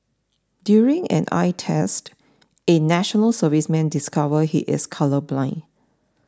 during an eye test a National Serviceman discover he is colourblind